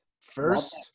First